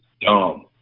dumb